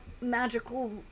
magical